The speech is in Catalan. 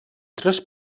tres